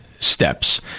Steps